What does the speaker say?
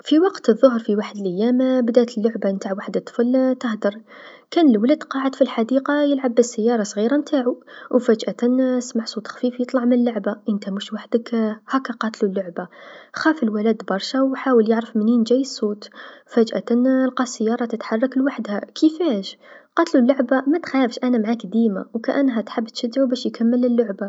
في وقت الظهر في وحد ليام بدات لعبه نتع واحد الطفل تهدر، كان لولد قاعد في الحديقه يلعب بالسياره الصغيرا نتاعو و فجأة سمع صوت خفيف يطلع من اللعبه، أنت مش وحدك! هاكا قاتلو اللعبه، خاف الولد برشا و حاول يعرف منين جاي الصوت، فجأة لقى السياره تتحرك لوحدها، كيفاش! قاتلو اللعبه متخافش أنا معاك ديما، و كأنها تحب تشجعو باش يكمل اللعبه.